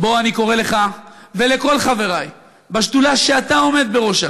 אני קורא לך ולכל חברי בשדולה שאתה עומד בראשה,